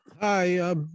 Hi